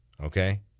okay